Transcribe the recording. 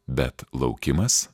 bet laukimas